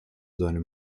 seine